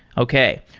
okay.